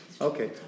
Okay